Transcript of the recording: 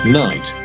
night